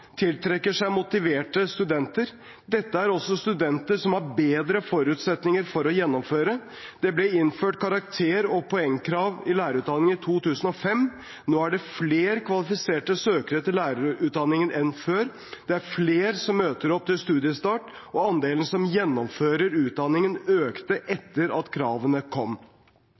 tiltrekker seg motiverte studenter. Dette er også studenter som har bedre forutsetninger for å gjennomføre. Det ble innført karakter- og poengkrav i lærerutdanningen i 2005. Nå er det flere kvalifiserte søkere til lærerutdanningen enn før. Det er flere som møter opp ved studiestart. Andelen som gjennomfører utdanningen, økte etter at kravene kom.